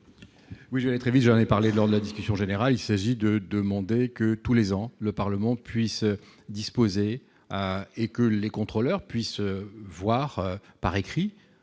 Oui, je l'très vite, j'en ai parlé lors de la discussion générale, il s'agit de demander que tous les ans le Parlement puisse disposer et que les contrôleurs puissent voir par écrit